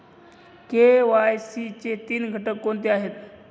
KYC चे तीन घटक कोणते आहेत?